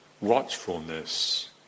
watchfulness